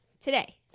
today